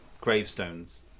gravestones